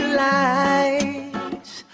lights